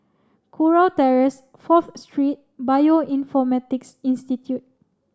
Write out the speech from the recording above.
Kurau Terrace Fourth Street Bioinformatics Institute